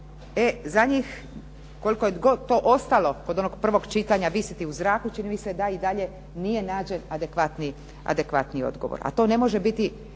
e za njih koliko je god to ostalo kod onog prvog čitanja visiti u zraku, čini mi se da i dalje nije nađen adekvatni odgovor. A to ne može biti